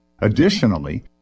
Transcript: Additionally